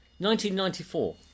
1994